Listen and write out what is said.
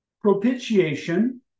propitiation